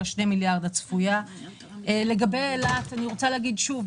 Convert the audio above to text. אנחנו מדברות בדרום על תכנון מתקדם של הרכבת הקלה בבאר-שבע,